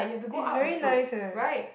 it's very nice eh